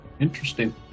Interesting